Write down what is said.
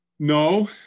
No